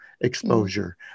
exposure